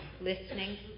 listening